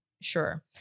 sure